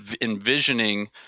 envisioning